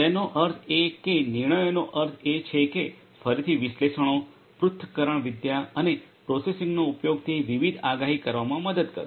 તેનો અર્થ એ કે નિર્ણયોનો અર્થ એ છે કે ફરીથી વિશ્લેષણો પૃથક્કરણવિદ્યા અને પ્રોસેસિંગનો ઉપયોગથી વિવિધ આગાહી કરવામાં મદદ કરશે